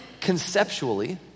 conceptually